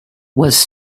was